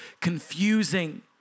confusing